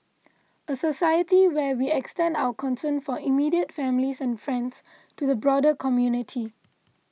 a society where we extend our concern for immediate families and friends to the broader community